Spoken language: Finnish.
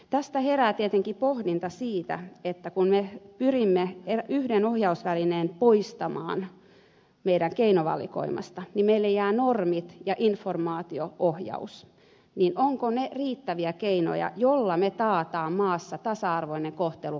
tästä herää tietenkin pohdinta siitä että kun me pyrimme yhden ohjausvälineen poistamaan meidän keinovalikoimastamme ja meille jää normit ja informaatio ohjaus ovatko ne riittäviä keinoja joilla me takaamme maassa tasa arvoisen kohtelun kansalaisille